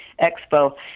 Expo